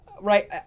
Right